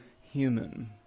human